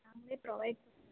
நாங்கள் ப்ரோவய்ட் பண்